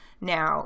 now